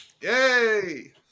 Yay